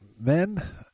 men